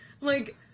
like-